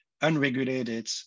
unregulated